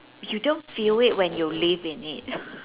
you don't feel it when you live in it